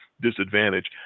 disadvantage